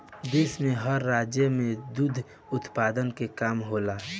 देश में हर राज्य में दुध उत्पादन के काम होला